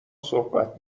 صحبت